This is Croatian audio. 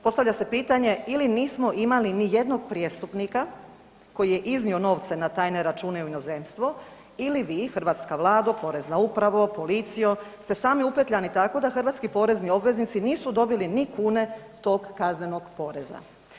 Postavlja se pitanje, ili nismo imali nijednog prijestupnika koji je iznio novce na tajne račune i u inozemstvo, ili vi, hrvatska Vlado, porezna upravo, policijo, ste sami upetljani tako da hrvatski porezni obveznici nisu dobili ni kune tog kaznenog poreza.